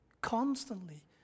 constantly